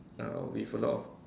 uh with a lot of